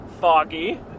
foggy